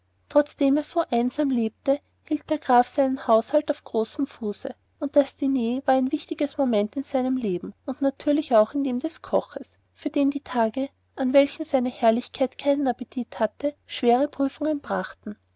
trotzdem er so einsam lebte hielt der graf seinen haushalt auf großem fuße und das diner war ein wichtiges moment in seinem leben und natürlich auch in dem des koches für den die tage an welchen seine herrlichkeit keinen appetit hatte schwere prüfungen brachten